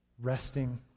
resting